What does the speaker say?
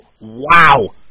Wow